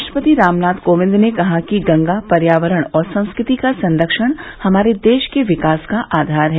राष्ट्रपति रामनाथ कोविंद ने कहा कि गंगा पर्यावरण और संस्कृति का संरक्षण हमारे देश के विकास का आधार है